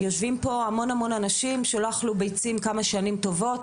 יושבים פה המון אנשים שלא אכלו ביצים כמה שנים טובות,